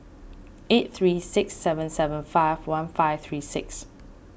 eight three six seven seven five one five three six